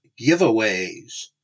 giveaways